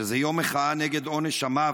שזה יום מחאה נגד עונש המוות.